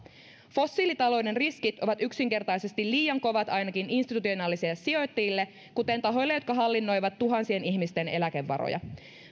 fossiilitalouden riskit ovat yksinkertaisesti liian kovat ainakin institutionaalisille sijoittajille kuten tahoille jotka hallinnoivat tuhansien ihmisten eläkevaroja